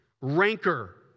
rancor